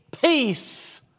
peace